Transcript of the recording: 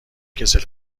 کسل